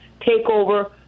takeover